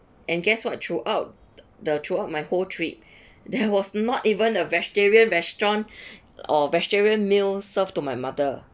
and guess what throughout the throughout my whole trip there was not even a vegetarian restaurant or vegetarian meals served to my mother